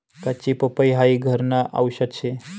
कच्ची पपई हाई घरन आवषद शे